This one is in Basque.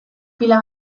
pila